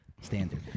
Standard